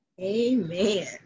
amen